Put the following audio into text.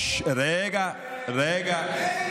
ששש, רגע, רגע.